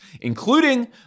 including